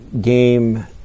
game